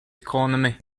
economy